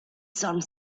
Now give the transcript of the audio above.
some